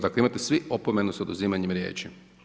Dakle imate svi opomenu sa oduzimanjem riječi.